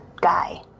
guy